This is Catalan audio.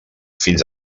fins